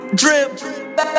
drip